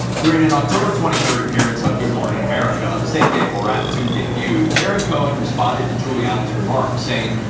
during an october twenty three appearance on good morning america, the same day borat two debuted, baron cohen responded to giuliani's remarks, saying,